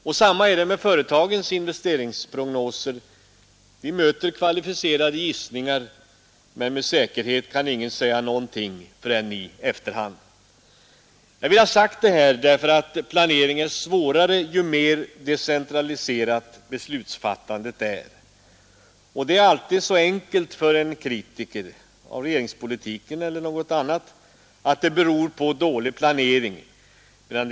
På samma sätt är det med företagens investeringsprognoser: vi möter kvalificerade gissningar, men med säkerhet kan ingen säga någonting förrän i efterhand Jag vill ha sagt detta därför att planeringen är svårare ju mer decentraliserat beslutsfattandet är. Det är alltid så enkelt för en kritiker av regeringspolitiken eller någon annat att säga att ”det beror på dålig planering”.